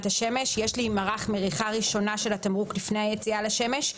השמש: "יש להימרח מריחה ראשונה של התמרוק לפני היציאה לשמש.